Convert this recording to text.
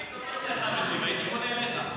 --- הייתי פונה אליך.